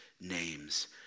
name's